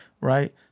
right